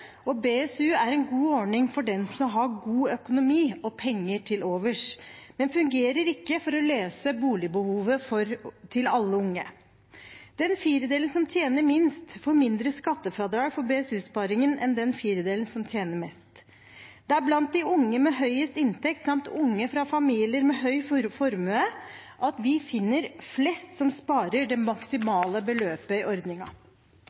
før. BSU er en god ordning for dem som har god økonomi og penger til overs, men fungerer ikke for å løse alle unges boligbehov. Den fjerdedelen som tjener minst, får mindre i skattefradrag for BSU-sparingen enn den fjerdedelen som tjener mest. Det er blant de unge med høyest inntekt samt unge fra familier med høy formue vi finner flest som sparer det maksimale beløpet i